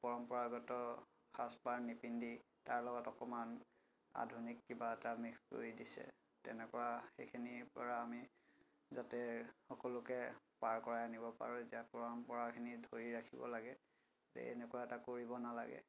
পৰম্পৰাগত সাজপাৰ নিপিন্ধি তাৰ লগত অকণমান আধুনিক কিবা এটা মিক্স কৰি দিছে তেনেকুৱা এখিনিৰ পৰা আমি যাতে সকলোকে পাৰ কৰাই আনিব পাৰোঁ যে পৰম্পৰাখিনি ধৰি ৰাখিব লাগে যে এনেকুৱা এটা কৰিব নালাগে